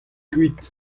kuit